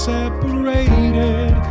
separated